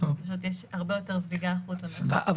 פשוט יש הרבה יותר זליגה החוצה מאשר --- אבל,